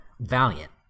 Valiant